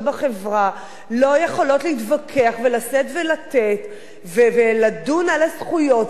ולא יכולות להתווכח ולשאת ולתת ולדון על הזכויות שלהן עם המעסיק,